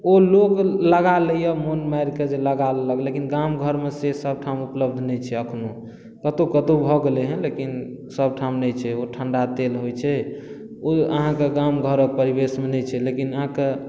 ओ लोग लगा लैया मोन मारि कऽ जे लगा लेलक लेकिन गाम घर मे जे सब ठाम उपलब्ध नहि छै अखनो कतौ कतौ भऽ गेलै हँ लेकिन सबठाम नहि छै ओ ठण्डा तेल होइ छै ओ अहाँके गाम घरक परिवेश मे नहि छै लेकिन अहाँके